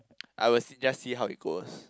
I will just see how it goes